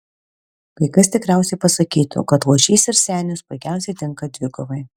kai kas tikriausiai pasakytų kad luošys ir senis puikiausiai tinka dvikovai